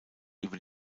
über